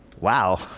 Wow